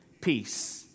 Peace